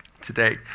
Today